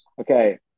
Okay